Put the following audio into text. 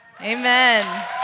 Amen